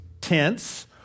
tense